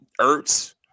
Ertz